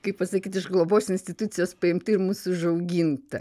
kaip pasakyti iš globos institucijos paimta ir mus užauginta